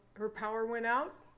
her power went out.